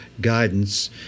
guidance